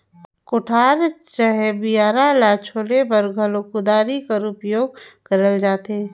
कोठार चहे बियारा ल छोले बर घलो कुदारी कर उपियोग करल जाथे